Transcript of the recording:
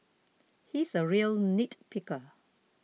he is a real nitpicker